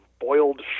boiled